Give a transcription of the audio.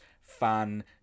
fan